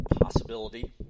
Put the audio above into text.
possibility